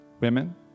women